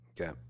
Okay